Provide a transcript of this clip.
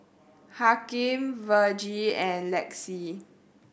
Hakim Vergie and Lexie